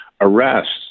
Arrests